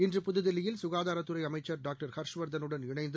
இன்று புதுதில்லியில் சுகாதாரத்துறை அமைச்சர் டாக்டர் ஹர்ஷவர்தனுடன் இணைந்து